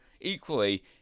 equally